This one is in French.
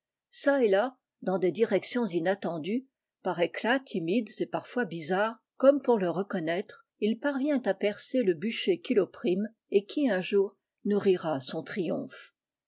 çà et là dans des directions inattendues par éclats linaîdes et parfois bizarres comme pour le reconnaître il parvient à percer le bûcher qui l'opprime et qui un jour nourrira son triomphe